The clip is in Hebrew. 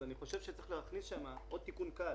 אז, לדעתי, צריך להכניס לשם עוד תיקון קל